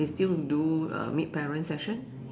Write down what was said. they still do uh meet parents session